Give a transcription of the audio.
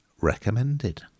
recommended